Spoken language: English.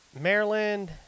Maryland